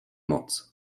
moc